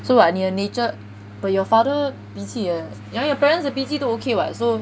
so what 你的 nature but your father 脾气也 yeah 你的 parents 的脾气都 okay [what] so